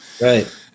Right